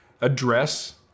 address